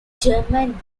german